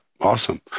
Awesome